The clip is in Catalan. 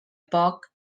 poc